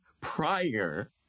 prior